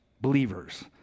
believers